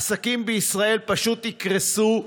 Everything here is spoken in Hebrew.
עסקים בישראל פשוט יקרסו,